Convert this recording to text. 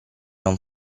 non